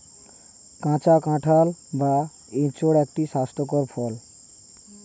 কাঁচা কাঁঠাল বা এঁচোড় একটি স্বাস্থ্যকর ফল